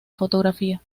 fotografía